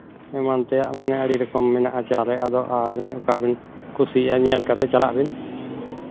ᱮᱢᱟᱱ ᱛᱮᱭᱟᱜ ᱢᱟᱱᱮ ᱟᱹᱰᱤ ᱨᱚᱠᱚᱢ ᱢᱮᱱᱟᱜᱼᱟ ᱪᱟᱣᱞᱮ ᱟᱫᱚ ᱟᱹᱵᱤᱱ ᱚᱠᱟ ᱵᱤᱱ ᱠᱩᱥᱤᱭᱟᱜᱼᱟ ᱧᱮᱞ ᱠᱟᱛᱮᱫ ᱪᱟᱞᱟᱜ ᱵᱤᱱ